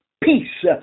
Peace